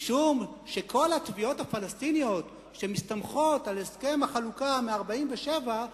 משום שכל התביעות הפלסטיניות שמסתמכות על הסכם החלוקה מ-47',